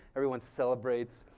everyone celebrates